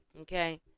Okay